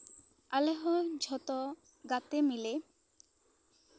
ᱟᱞᱮᱦᱚᱸ ᱡᱷᱚᱛᱚ ᱜᱟᱛᱮ ᱢᱤᱞᱮ